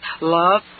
love